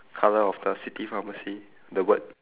colour of the city pharmacy the word